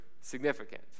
significant